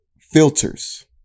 filters